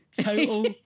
Total